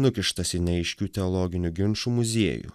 nukištas į neaiškių teologinių ginčų muziejų